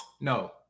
no